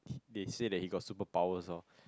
they say that he got superpowers orh